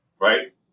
right